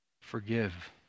forgive